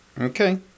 Okay